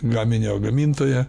gaminio gamintoją